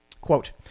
Quote